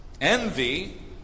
Envy